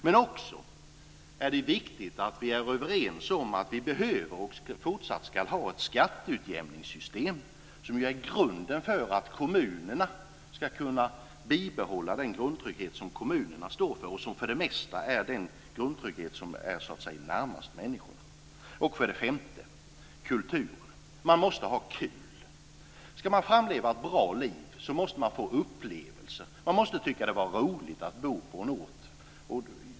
Det är också viktigt att vi är överens om att vi fortsatt ska ha ett skatteutjämningssystem som är grunden för att kommunerna ska kunna bibehålla den grundtrygghet som kommunerna står för och som för det mesta är den grundtrygghet som är närmast människorna. Det femte är kulturen. Man måste ha kul. Ska man framleva ett bra liv måste man få upplevelser. Man måste tycka att det är roligt att bo på en ort.